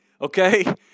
Okay